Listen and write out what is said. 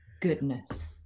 goodness